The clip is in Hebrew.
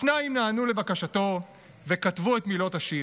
השניים נענו לבקשתו וכתבו את מילות השיר.